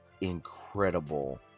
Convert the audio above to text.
incredible